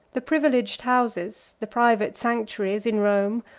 the privileged houses, the private sanctuaries in rome,